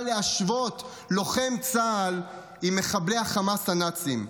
להשוות לוחם צה"ל למחבלי החמאס הנאצים.